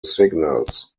signals